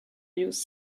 used